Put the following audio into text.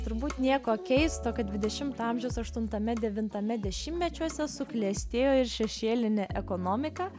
turbūt nieko keisto kad dvidešimto amžiaus aštuntame devintame dešimtmečiuose suklestėjo ir šešėlinė ekonomika